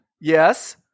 Yes